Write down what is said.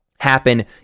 happen